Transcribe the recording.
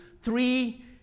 three